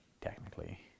technically